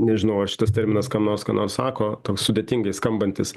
nežinau ar šitas terminas kam nors ką nors sako toks sudėtingai skambantis